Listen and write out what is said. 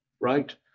right